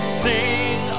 sing